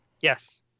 Yes